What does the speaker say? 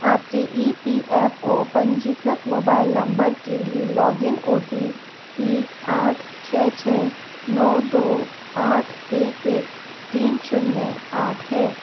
आपके E P F O पंजीकृत mobile number के लिए लॉगिन ओ टी पी आठ छः छः नौ दो आठ एक एक तीन शून्य आठ है